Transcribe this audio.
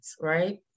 right